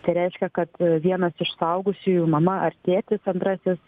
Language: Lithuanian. tai reiškia kad vienas iš suaugusiųjų mama ar tėtis antrasis